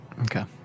Okay